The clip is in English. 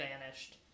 vanished